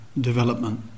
development